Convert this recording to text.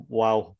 wow